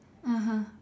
(uh huh)